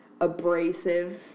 abrasive